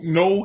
no